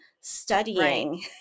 studying